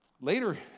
Later